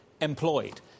employed